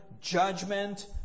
judgment